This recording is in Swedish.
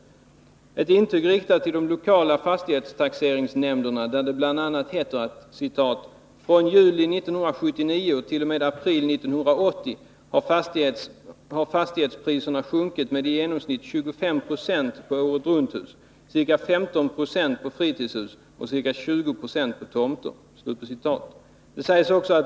Det är ett intyg riktat till de lokala fastighetstaxeringsnämnderna, där det bl.a. heter att ”fastighetspriserna från juli 1979 och till dags datum har sjunkit med i genomsnitt 25 26 på åretrunthus, ca 15 Jo på fritidshus och ca 20 90 på tomter.